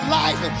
life